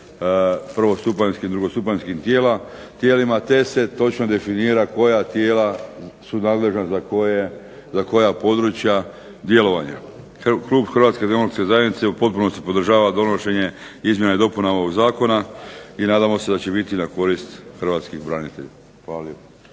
prvostupanjskim i drugostupanjskim tijelima, te se točno definira koja tijela su nadležna za koja područja djelovanja. Klub HDZ-a u potpunosti podržava donošenje izmjena i dopuna ovog zakona i nadamo se da će biti na korist Hrvatskim branitelja.